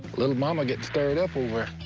little mama's getting stirred up over